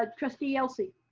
ah trustee yelsey.